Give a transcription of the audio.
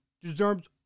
deserves